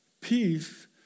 peace